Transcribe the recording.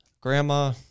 Grandma